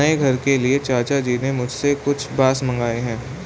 नए घर के लिए चाचा जी ने मुझसे कुछ बांस मंगाए हैं